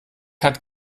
hat